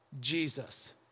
Jesus